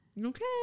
okay